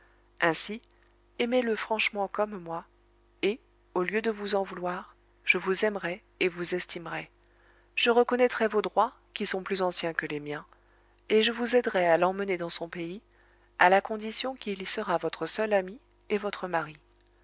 ainsi aimez-le franchement comme moi et au lieu de vous en vouloir je vous aimerai et vous estimerai je reconnaîtrai vos droits qui sont plus anciens que les miens et je vous aiderai à l'emmener dans son pays à la condition qu'il y sera votre seul ami et votre mari